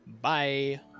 Bye